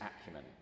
acumen